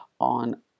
on